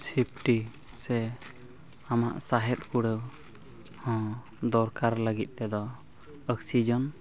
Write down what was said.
ᱥᱤᱯᱴᱤ ᱥᱮ ᱟᱢᱟᱜ ᱥᱟᱦᱮᱫ ᱠᱩᱲᱟᱹᱣ ᱦᱚᱸ ᱫᱚᱨᱠᱟᱨ ᱞᱟᱹᱜᱤᱫ ᱛᱮᱫᱚ ᱚᱠᱥᱤᱡᱚᱱ